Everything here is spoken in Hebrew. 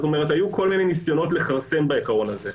היו כל מיני ניסיונות לכרסם בעיקרון הזה,